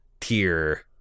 tier